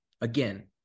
again